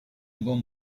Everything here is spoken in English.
one